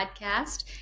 Podcast